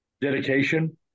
dedication